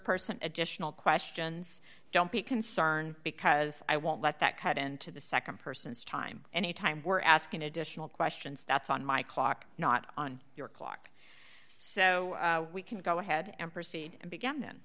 person additional questions don't be concerned because i won't let that cut into the nd person's time any time we're asking additional questions that's on my clock not on your clock so we can go ahead and proceed and began